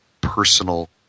personal